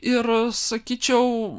ir sakyčiau